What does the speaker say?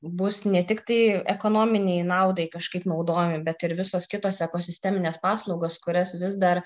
bus ne tik tai ekonominei naudai kažkaip naudojami bet ir visos kitos ekosisteminės paslaugos kurias vis dar